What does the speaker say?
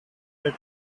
red